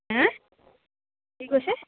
হে কি কৈছে